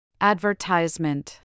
Advertisement